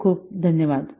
खूप खूप धन्यवाद